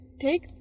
take